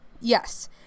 Yes